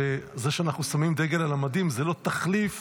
שזה שאנחנו שמים דגל על המדים זה לא תחליף